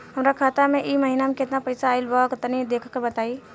हमरा खाता मे इ महीना मे केतना पईसा आइल ब तनि देखऽ क बताईं?